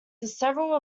several